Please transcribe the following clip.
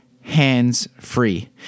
hands-free